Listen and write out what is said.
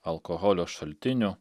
alkoholio šaltinių